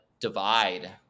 divide